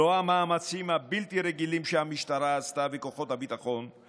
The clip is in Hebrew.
לא המאמצים הבלתי-רגילים שהמשטרה וכוחות הביטחון עשו.